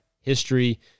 history